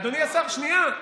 לא, אדוני השר, שנייה.